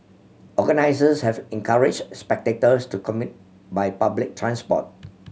organisers have encouraged spectators to commute by public transport